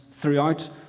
throughout